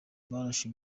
barashe